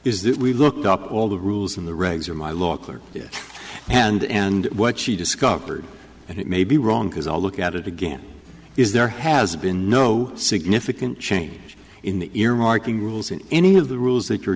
is that we looked up all the rules in the regs or my law clerk and what she discovered and it may be wrong because all look at it again is there has been no significant change in the earmarking rules in any of the rules that you're